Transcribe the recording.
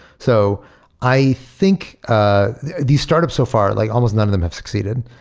so i think ah these startups so far, like almost none of them have succeeded.